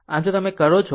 આમ જો તમે કરો છો